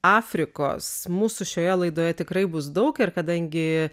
afrikos mūsų šioje laidoje tikrai bus daug ir kadangi